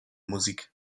musik